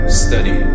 study